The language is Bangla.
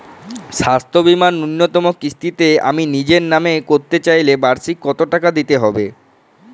স্বাস্থ্য বীমার ন্যুনতম কিস্তিতে আমি নিজের নামে করতে চাইলে বার্ষিক কত টাকা দিতে হবে?